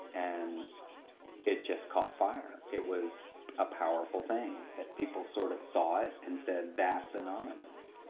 and it just caught fire. it was a powerful thing that people sort of saw it and said that's anonymous.